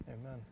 Amen